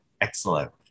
excellent